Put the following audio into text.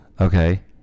Okay